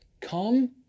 Come